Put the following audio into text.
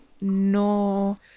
no